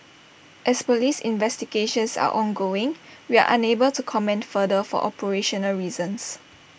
as Police investigations are ongoing we are unable to comment further for operational reasons